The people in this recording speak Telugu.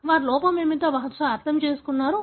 వారు లోపం ఏమిటో బహుశా అర్థం చేసుకున్నారు